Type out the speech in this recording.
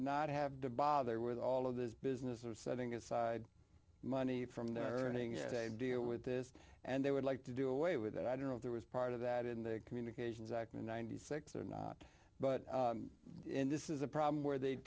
not have to bother with all of this business of setting aside money from their earnings as they deal with this and they would like to do away with it i don't know if there was part of that in the communications act in ninety six or not but in this is a problem where they